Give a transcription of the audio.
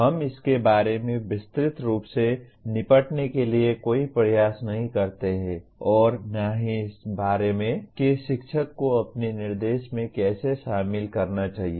हम इसके बारे में विस्तृत रूप से निपटने के लिए कोई प्रयास नहीं करते हैं और न ही इस बारे में कि शिक्षक को अपने निर्देश में इसे कैसे शामिल करना चाहिए